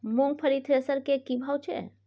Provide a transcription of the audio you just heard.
मूंगफली थ्रेसर के की भाव छै?